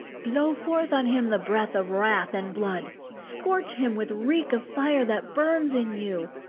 blow forth on him the breath of wrath and blood, scorch him with reek of fire that burns in you,